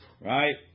Right